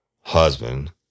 husband